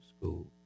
school